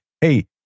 Hey